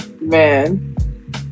Man